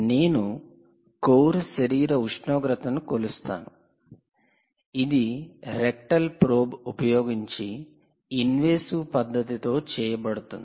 నేను కోర్ శరీర ఉష్ణోగ్రతను కొలుస్తాను ఇది 'రెక్టల్ ప్రోబ్' 'rectal probe' ఉపయోగించి ఇన్వాసివ్ పద్దతి తో చేయబడుతుంది